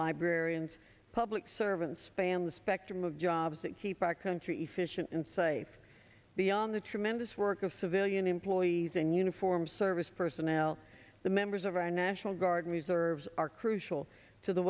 librarians public servants family spectrum of jobs that keep our country fish and safe beyond the tremendous work of civilian employees in uniform service personnel the members of our national guard reserves are crucial to the